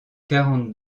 quarante